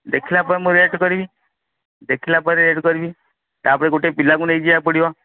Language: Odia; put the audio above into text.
ଦେଖିଲା ପରେ ମୁଁ ରେଟ୍ କରିବି ଦେଖିଲା ପରେ ରେଟ୍ କରିବି ତା'ପରେ ଗୋଟେ ପିଲାକୁ ନେଇକି ଯିବାକୁ ପଡ଼ିବ